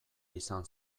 izan